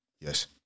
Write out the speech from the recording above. Yes